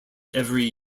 every